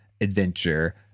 adventure